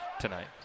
tonight